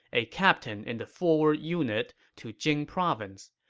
a captain in the forward unit, to jing province.